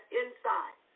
inside